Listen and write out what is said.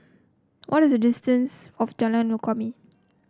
what is the distance of Jalan Kumia